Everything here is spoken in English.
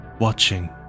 Watching